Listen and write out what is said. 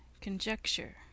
conjecture